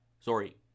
Sorry